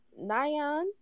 Nyan